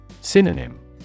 Synonym